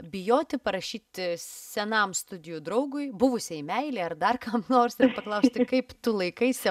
bijoti parašyti senam studijų draugui buvusiai meilei ar dar kam nors ir paklausti kaip tu laikaisi